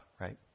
Right